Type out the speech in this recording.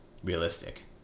realistic